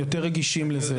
יותר רגישים לזה.